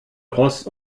ross